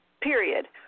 period